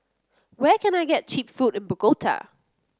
where can I get cheap food in Bogota